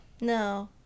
No